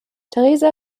theresa